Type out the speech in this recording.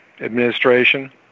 Administration